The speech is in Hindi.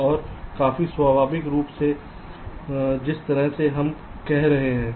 और काफी स्वाभाविक रूप से जिस तरह से हम कर रहे थे